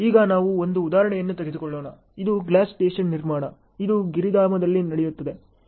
ಈಗ ನಾವು ಒಂದು ಉದಾಹರಣೆಯನ್ನು ತೆಗೆದುಕೊಳ್ಳೋಣ ಇದು ಗ್ಯಾಸ್ ಸ್ಟೇಷನ್ ನಿರ್ಮಾಣ ಇದು ಗಿರಿಧಾಮದಲ್ಲಿ ನಡೆಯುತ್ತದೆ